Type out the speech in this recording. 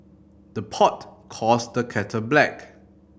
the pot calls the kettle black